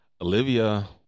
Olivia